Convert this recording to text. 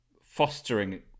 fostering